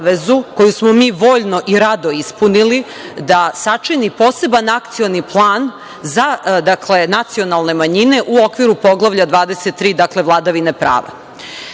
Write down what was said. koju smo mi voljno i rado ispunili, da sačini poseban akcioni plan, dakle, nacionalne manjine u okviru Poglavlja 23. dakle, vladavina prava.